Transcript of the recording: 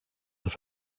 have